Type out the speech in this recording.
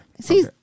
See